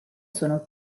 sono